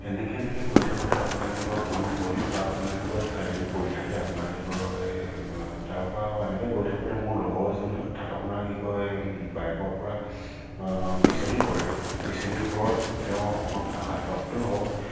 এনেকৈ এনেকৈ গৈ থাকোঁতে আপোনাৰ কি কয় ঘন কুৱলীও তাত আপোনাৰ কি কয় চাৰি পৰি থাকে আপোনাক কি কয় তাৰপৰা এনেকৈ গৈ থাকোঁতে মোৰ লগৰ এজন হঠাৎ আপোনাক কি কয় বাইকৰ পৰা পিছলিও পৰে পিছলিৰ পৰাত তেওঁ অকণমান আঘাতপ্ৰাপ্তও হয়